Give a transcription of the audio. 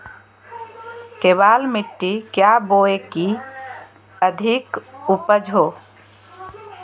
केबाल मिट्टी क्या बोए की अधिक उपज हो?